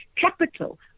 Capital